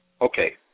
Okay